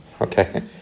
okay